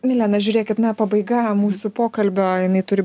milena žiūrėkit na pabaiga mūsų pokalbio jinai turi